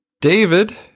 David